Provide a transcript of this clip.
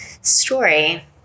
story